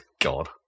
God